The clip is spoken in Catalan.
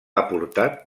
aportat